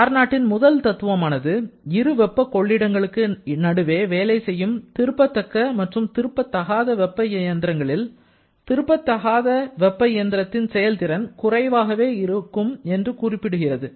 கார்னாட்டின் முதல் தத்துவமானது இரு வெப்ப கொள்ளிடங்களுக்கு நடுவே வேலை செய்யும் திருப்பத் தக்க மற்றும் திருப்ப தகாத வெப்ப இயந்திரங்களில் திருப்ப தகாத வெப்ப இயந்திரத்தின் செயல்திறன் குறைவாகவே இருக்கும் என்று குறிப்பிடுகிறது